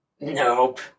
Nope